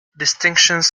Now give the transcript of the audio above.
distinctions